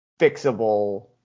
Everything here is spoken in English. fixable